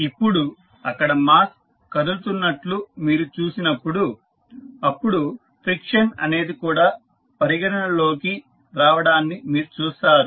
ఇప్పుడు అక్కడ మాస్ కదులుతున్నట్లు మీరు చూసినప్పుడు అప్పుడు ఫ్రిక్షన్ అనేది కూడా పరిగణన లోనికి రావడాన్ని మీరు చూస్తారు